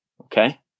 Okay